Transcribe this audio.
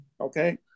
Okay